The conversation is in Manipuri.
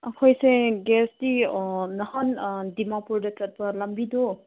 ꯑꯩꯈꯣꯏꯁꯦ ꯒ꯭ꯌꯥꯁꯇꯤ ꯅꯍꯥꯟ ꯗꯤꯃꯥꯄꯨꯔꯗ ꯆꯠꯄ ꯂꯝꯕꯤꯗꯣ